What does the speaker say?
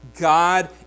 God